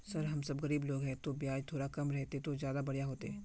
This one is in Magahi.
सर हम सब गरीब लोग है तो बियाज थोड़ा कम रहते तो ज्यदा बढ़िया होते